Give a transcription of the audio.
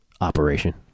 operation